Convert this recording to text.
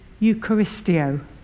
eucharistio